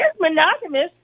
monogamous